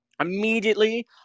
immediately